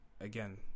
again